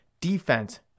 Defense